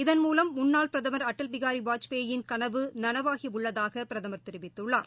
இதன் முலம் முன்னாள் பிரதமர் அடல் பிஹாரிவாஜ்பாயின் கனவுநனவாகிஉள்ளதாகபிரதமர் தெரிவித்துள்ளார்